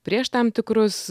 prieš tam tikrus